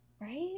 Right